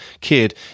kid